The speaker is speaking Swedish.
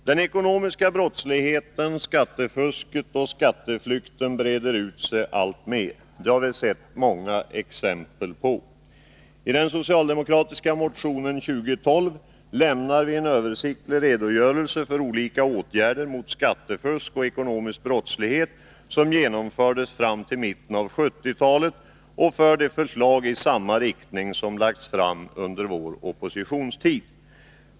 Den ekonomiska brottsligheten, skattefusket och skatteflykten breder ut sig alltmer. Det har vi sett många exempel på. I den socialdemokratiska motionen 2012 lämnar vi en översiktlig redogörelse för olika åtgärder mot skattefusk och ekonomisk brottslighet som genomfördes fram till mitten av 1970-talet och för de förslag i samma riktning som lagts fram under vår oppositionstid.